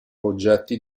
oggetti